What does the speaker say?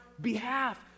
behalf